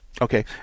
Okay